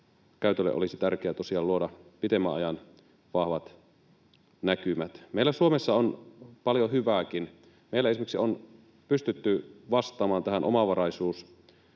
käytölle olisi tärkeää tosiaan luoda pitemmän ajan vahvat näkymät. Meillä Suomessa on paljon hyvääkin. Meillä esimerkiksi on pystytty vastaamaan tähän